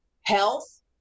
health